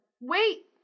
Wait